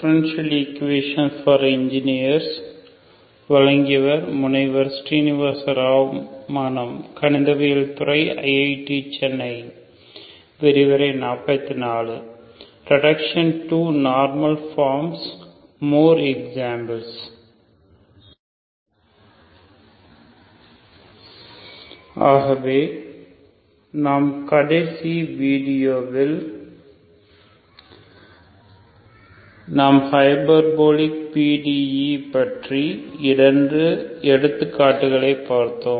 reduction to normal form more examples ஆகவே நாம் கடைசி வீடியோவில் நாம் ஹைபர்போலிக் PDE பற்றிய இரண்டு எடுத்துக்காட்டுகளை பார்த்தோம்